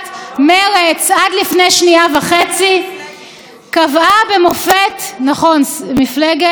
קבעה במופת של נימוסין ומאופקות שמדובר בשפיטה כנועה ופחדנית,